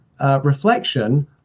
reflection